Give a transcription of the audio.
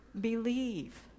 believe